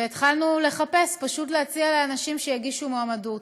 והתחלנו לחפש, פשוט להציע לאנשים שיגישו מועמדות.